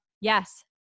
Yes